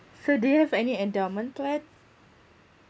so do you have any endowment plan